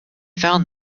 found